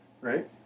Right